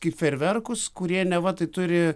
kaip fejerverkus kurie neva tai turi